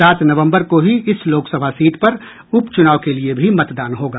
सात नवम्बर को ही इस लोकसभा सीट पर उप चुनाव के लिए भी मतदान होगा